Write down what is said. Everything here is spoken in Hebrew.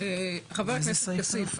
ח"כ כסיף,